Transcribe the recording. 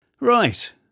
Right